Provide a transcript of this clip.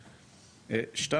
ב',